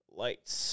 lights